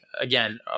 Again